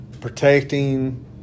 protecting